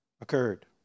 Occurred